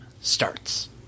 starts